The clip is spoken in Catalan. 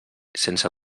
sense